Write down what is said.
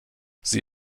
sie